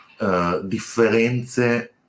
differenze